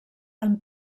amb